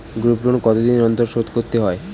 Group loan কতদিন অন্তর শোধকরতে হয়?